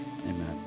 Amen